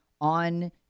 on